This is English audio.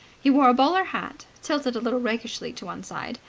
he wore a bowler hat, tilted a little rakishly to one side,